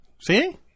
see